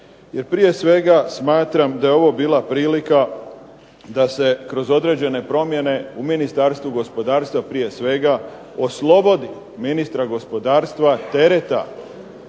prije svega smatram da je ovo bila prilika da se kroz određene promjene u Ministarstvu gospodarstva prije svega oslobodi ministra gospodarstva tereta